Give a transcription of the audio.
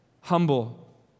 humble